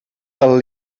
del